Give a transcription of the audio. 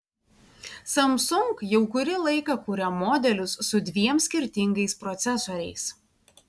samsung jau kurį laiką kuria modelius su dviem skirtingais procesoriais